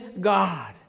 God